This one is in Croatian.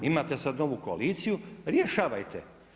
Imate sad novu koaliciju, rješavajte.